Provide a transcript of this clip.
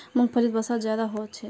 मूंग्फलीत वसा ज्यादा होचे